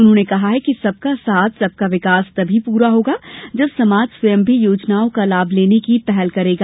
उन्होंने कहा कि सबका साथ सबका विकास तभी पूरा होगा जब समाज स्वयं भी योजनाओं का लाभ लेने की पहल करेगा